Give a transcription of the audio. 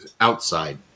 outside